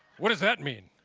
what does that mean?